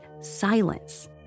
silence